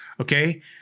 okay